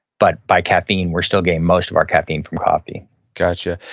but by caffeine, we're still getting most of our caffeine from coffee gotcha.